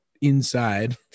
inside